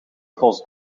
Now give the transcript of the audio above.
tros